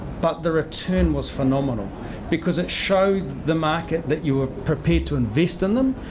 but the return was phenomenal because it showed the market that you were prepared to invest in them.